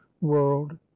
world